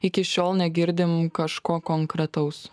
iki šiol negirdim kažko konkretaus